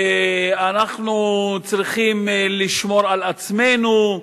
ואנחנו צריכים לשמור על עצמנו.